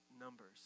numbers